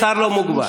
השר לא מוגבל.